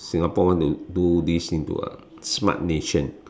Singapore want to do this into a smart nation